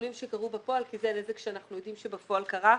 ביטולים שקרו בפועל כי זה הנזק שאנחנו יודעים שקרה בפועל.